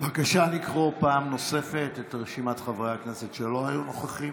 בבקשה לקרוא פעם נוספת את שמות חברי הכנסת שלא היו נוכחים.